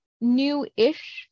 new-ish